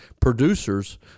producers